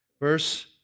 Verse